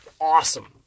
awesome